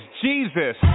Jesus